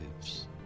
lives